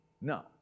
No